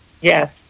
Yes